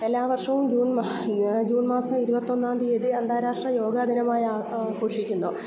എല്ലാ വർഷവും June June മാസം ഇരുപത്തി ഒന്നാം തീയതി അന്താരാഷ്ട്ര യോഗ ദിനമായി ആ ആഘോഷിക്കുന്നു